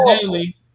daily